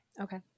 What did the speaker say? Okay